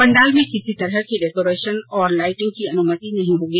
पंडाल में किसी तरह की डेकोरेशन और लाइटिंग की अनुमति नहीं होगी